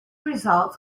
results